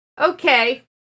okay